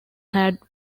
had